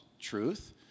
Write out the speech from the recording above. truth